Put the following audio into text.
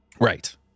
right